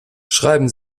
schreiben